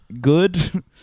good